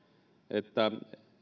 että